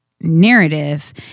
narrative